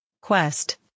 quest